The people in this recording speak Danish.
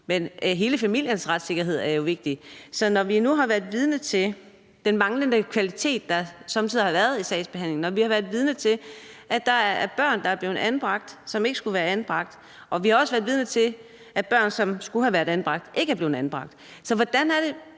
men hele familiens retssikkerhed er jo vigtig – og vi nu har været vidne til den manglende kvalitet, der sommetider har været i sagsbehandlingen, når vi har været vidne til, at der er børn, der er blevet anbragt, som ikke skulle have været anbragt, og vi også har været vidne til, at børn, som skulle have været anbragt, ikke er blevet anbragt, hvordan